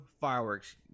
fireworks